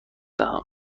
دهم